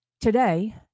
Today